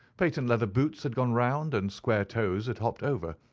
patent-leather boots had gone round, and square-toes had hopped over.